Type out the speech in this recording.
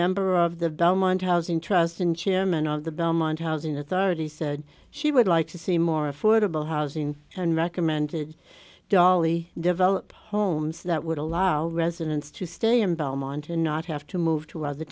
member of the belmont housing trust and chairman of the belmont housing authority said she would like to see more affordable housing and recommended dolly develop homes that would allow residents to stay in belmont and not have to move to other